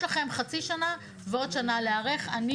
יש לכם חצי שנה לפי מה שקראתי בחומרים לגמור לעבוד,